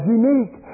unique